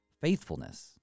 Faithfulness